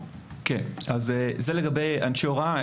אז זה לגבי אנשי ההוראה.